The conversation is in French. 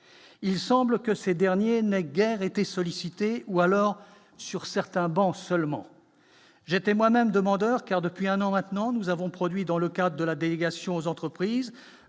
il semble que ces derniers n'a guère été sollicités ou alors sur certains bancs seulement j'étais moi-même demandeur, car depuis un an maintenant, nous avons produit dans le cas de la délégation aux entreprises